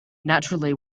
naturally